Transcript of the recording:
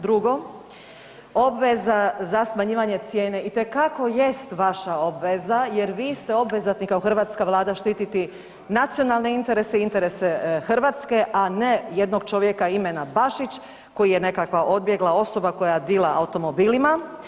Drugo, obveza za smanjivanje cijene itekako jest vaša obveza jer vi ste obvezatni kao hrvatska vlada štiti nacionalne interese i interese Hrvatske, a ne jednog čovjeka imena Bašić koji je nekakva odbjegla osoba koja dila automobilima.